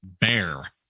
Bear